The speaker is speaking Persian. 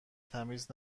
تمیز